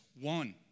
one